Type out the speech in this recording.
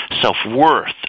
self-worth